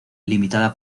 limitada